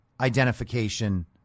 identification